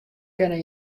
kinne